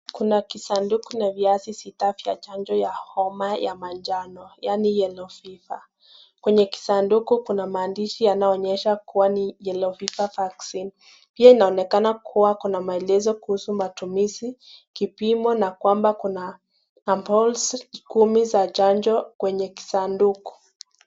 Kuna kisanduku na vials sita za chanjo ya homa ya manjano yaani Yellow Fever . Kwenye kisanduku kuna maandishi yanaonyesha kuwa ni Yellow Fever Vaccine . Pia inaonekana kuwa kuna maelezo kuhusu matumizi, kipimo na kwamba kuna ampules kumi za chanjo kwenye kisanduku.